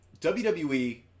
WWE